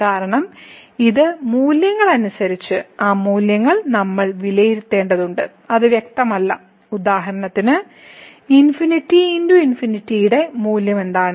കാരണം ചില മൂല്യങ്ങൾ അനുസരിച്ച് ആ മൂല്യങ്ങൾ നമ്മൾ വിലയിരുത്തേണ്ടതുണ്ട് അത് വ്യക്തമല്ല ഉദാഹരണത്തിന് ∞×∞ ന്റെ മൂല്യം എന്താണ്